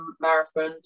marathon